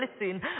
listen